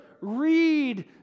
read